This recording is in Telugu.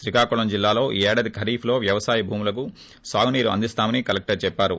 శ్రీకాకుళం జిల్లాలో ఈ ఏడాది ఖరీఫ్ లో వ్యవసాయ భూములకు సాగునీరు అందిస్తామని కలెక్షర్ చెప్పారు